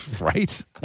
Right